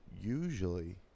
usually